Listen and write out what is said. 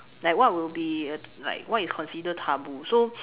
like what will be uh like what is considered taboo so